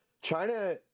China